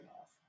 off